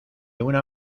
una